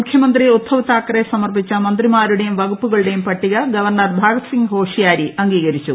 മുഖ്യമന്ത്രി ഉദ്ധവ് താക്കറെ സമർപ്പിച്ച് മന്ത്രിമാരുടെയും വകുപ്പുകളുടെയും പട്ടിക ഗവർണർ ഭഗത് സിംഗ് ഘോഷിയാരി അംഗീകരിച്ചു